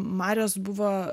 marios buvo